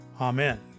Amen